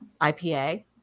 IPA